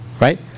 Right